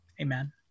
Amen